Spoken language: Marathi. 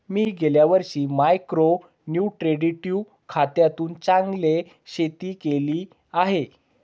मी गेल्या वर्षी मायक्रो न्युट्रिट्रेटिव्ह खतातून चांगले शेती केली आहे